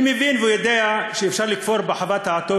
אני מבין ויודע שאפשר לכפור בחוות דעתו